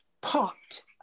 popped